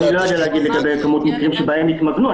אני לא יודע להגיד מספר מקרים שבהם התמגנו.